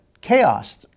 chaos